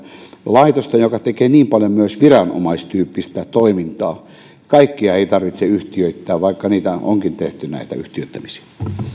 laitosta joka tekee niin paljon myös viranomaistyyppistä toimintaa kaikkea ei tarvitse yhtiöittää vaikka näitä yhtiöittämisiä